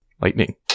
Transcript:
Lightning